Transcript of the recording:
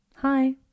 Hi